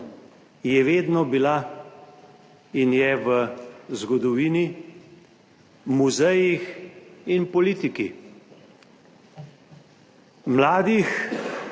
je vedno bila in je v zgodovini, muzejih in politiki, mladih